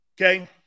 Okay